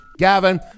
Gavin